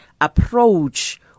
approach